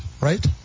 right